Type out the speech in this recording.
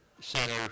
center